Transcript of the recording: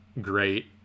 great